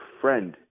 friend